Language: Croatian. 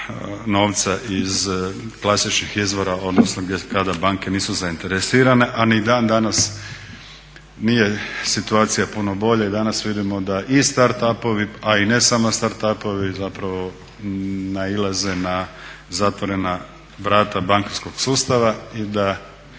novca iz klasičnih izvora odnosno kada banke nisu zainteresirane. A ni dan danas nije situacija puno bolja, i danas vidimo da i start-upovi a i ne samo start-upovi zapravo nailaze na zatvorena vrata bankarskog sustava i da